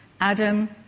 Adam